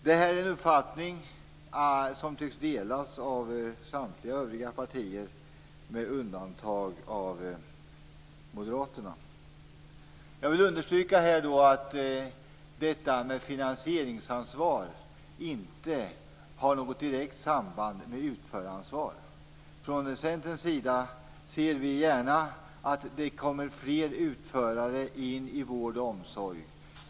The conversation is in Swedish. Detta är en uppfattning som tycks delas av samtliga övriga partier med undantag av Moderaterna. Jag vill understryka att finansieringsansvaret inte har något direkt samband med utförandeansvaret. Vi från Centern ser gärna att det kommer fler utförare in i vård och omsorg.